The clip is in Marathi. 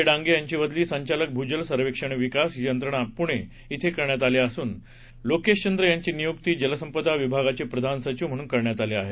डांगे यांची बदली संघालक भुजल सर्वेक्षण विकास यंत्रणा पुणे इथं करण्यात आली आहे तर लोकेश चंद्र यांची नियुक्ती जलसंपदा विभागाचे प्रधान सधिव म्हणून करण्यात आली आहे